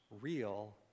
real